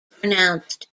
pronounced